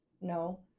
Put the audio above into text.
no